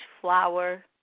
flower